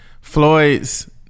Floyd's